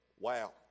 Wow